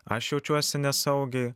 aš jaučiuosi nesaugiai